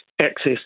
access